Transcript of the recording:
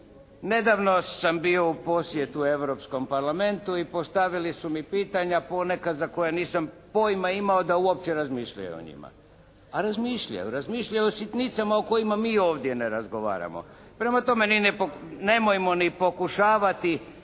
Nedavno sam bio u posjetu Europskom parlamentu i postavili su mi pitanja ponekad za koja nisam pojma imao da uopće razmišljaju o njima. A razmišljaju. Razmišljaju o sitnicama o kojima mi ovdje ne razgovaramo. Prema tome ni ne, nemojmo ni pokušavati